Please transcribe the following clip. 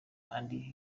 andy